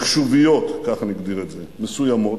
ומחשוביות, ככה נגדיר את זה, מסוימות.